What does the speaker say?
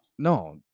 No